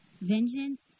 vengeance